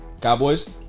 Cowboys